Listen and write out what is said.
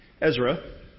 Ezra